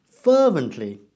fervently